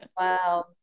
Wow